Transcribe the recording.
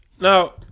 Now